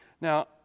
Now